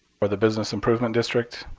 for the business improvement district.